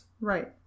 Right